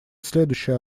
следующий